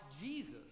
Jesus